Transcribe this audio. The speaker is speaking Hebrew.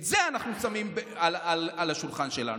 את זה אנחנו שמים על השולחן שלנו.